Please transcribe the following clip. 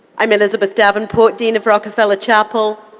i'm elizabeth davenport, dean of rockefeller chapel.